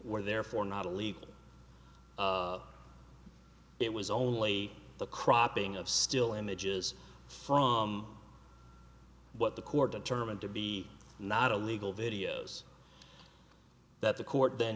were therefore not illegal it was only the cropping of still images from what the court determined to be not a legal videos that the court then